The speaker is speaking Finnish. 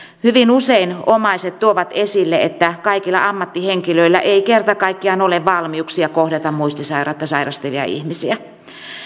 hyvin usein omaiset tuovat esille että kaikilla ammattihenkilöillä ei kerta kaikkiaan ole valmiuksia kohdata muistisairautta sairastavia ihmisiä